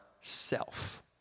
self